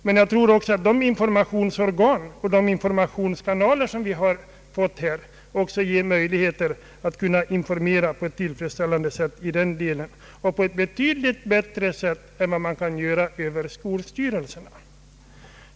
Men jag tror att de informationsorgan och informationskanaler som vi här fått ger möjligheter att informera också i den delen på ett tillfredsställande sätt — och på ett betydligt bättre sätt än man kan göra över skolstyrelsen.